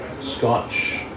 Scotch